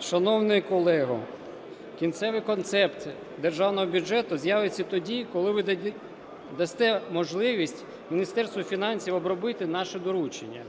Шановний колего, кінцевий концепт державного бюджету з'явиться тоді, коли ви дасте можливість Міністерству фінансів обробити наше доручення.